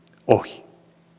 ohi